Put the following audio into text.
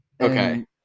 Okay